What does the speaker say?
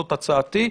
זאת הצעתי.